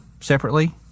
separately